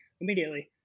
immediately